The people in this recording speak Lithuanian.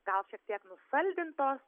gal šiek tiek nusaldintos